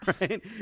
Right